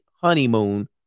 honeymoon